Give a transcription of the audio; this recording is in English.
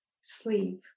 sleep